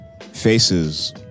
faces